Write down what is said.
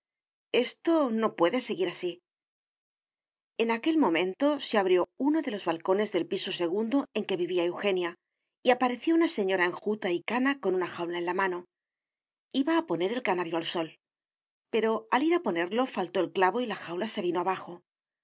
esto no puede seguir así en aquel momento se abrió uno de los balcones del piso segundo en que vivía eugenia y apareció una señora enjuta y cana con una jaula en la mano iba a poner el canario al sol pero al ir a ponerlo faltó el clavo y la jaula se vino abajo la